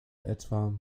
etwa